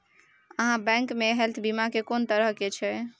आहाँ बैंक मे हेल्थ बीमा के कोन तरह के छै?